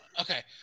okay